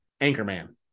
Anchorman